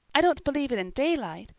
i don't believe it in daylight.